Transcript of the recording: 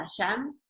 Hashem